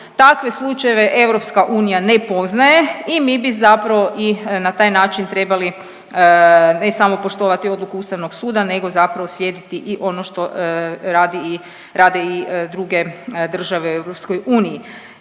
Takve slučajeve EU ne poznaje i mi bi zapravo i na taj način trebali ne samo poštovani odluku Ustavnog suda, nego zapravo slijediti i ono što rade i druge države u EU. Jer naši